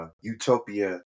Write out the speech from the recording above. Utopia